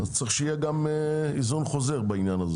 צריך שיהיה איזון חוזר בעניין.